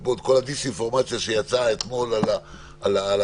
עם כל הדיס-אינפורמציה שיצאה אתמול על הפגישות